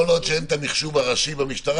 כל עוד שאין את המחשוב הראשי במשטרה